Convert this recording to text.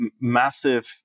massive